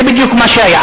זה בדיוק מה שהיה.